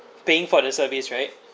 paying for the service right